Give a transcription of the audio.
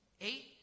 eight